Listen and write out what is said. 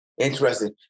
Interesting